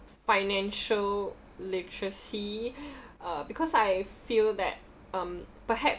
financial literacy uh because I feel that um perhap